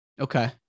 Okay